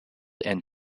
and